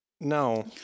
no